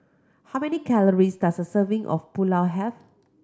how many calories does a serving of Pulao have